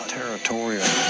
territorial